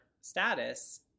status